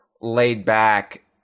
laid-back